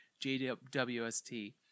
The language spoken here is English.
JWST